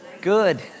Good